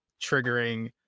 triggering